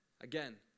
Again